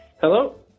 Hello